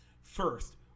first